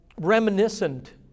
reminiscent